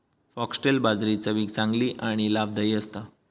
foxtail बाजरी चवीक चांगली आणि लाभदायी असता